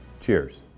Cheers